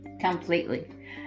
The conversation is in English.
completely